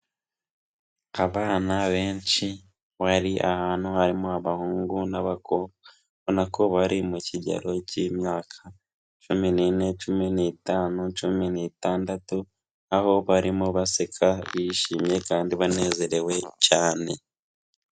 Abana benshi bari ahantu harimo abahungu n'abakobwa ubona ko bari mu kigero cy'imyaka cumi n'ine, cumi n'itanu, cumi n'itandatu aho barimo baseka bishimye kandi banezerewe cyane.